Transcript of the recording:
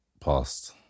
past